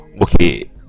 okay